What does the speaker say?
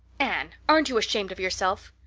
anne! aren't you ashamed of yourself?